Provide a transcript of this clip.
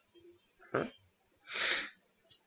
mm